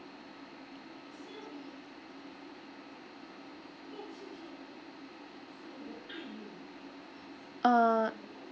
uh